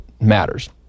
matters